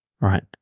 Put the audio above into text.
Right